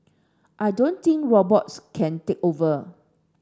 I don't think robots can take over